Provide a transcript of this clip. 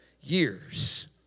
years